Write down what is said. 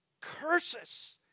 curses